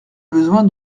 besoin